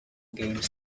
game